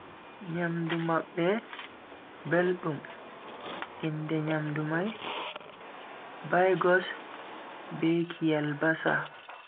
Nyamdu mabbe beldum, inde nyamdu mai bigos be kielbasa.